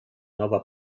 nova